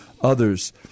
others